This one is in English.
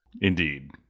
Indeed